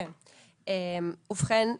ובכן,